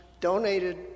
donated